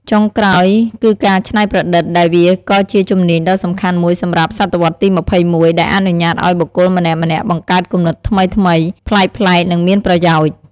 ចុងក្រោយគឺការច្នៃប្រឌិត ដែលវាក៏ជាជំនាញដ៏សំខាន់មួយសម្រាប់សតវត្សរ៍ទី២១ ដែលអនុញ្ញាតឱ្យបុគ្គលម្នាក់ៗ បង្កើតគំនិតថ្មីៗ ប្លែកៗ និងមានប្រយោជន៍។